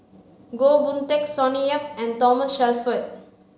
Goh Boon Teck Sonny Yap and Thomas Shelford